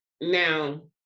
now